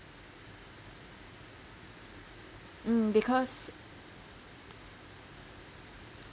mm because